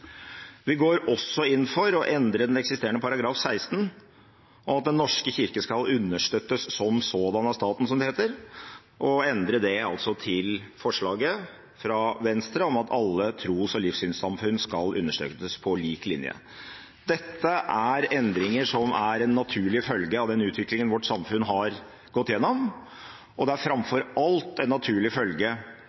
Vi går også inn for å endre den eksisterende § 16 om at Den norske kirke skal «understøttes som sådan av staten», som det heter, til forslaget fra Venstre om at alle tros- og livssynssamfunn skal understøttes på lik linje. Dette er endringer som er en naturlig følge av den utviklingen vårt samfunn har gått gjennom, og det er framfor alt en naturlig følge